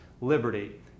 liberty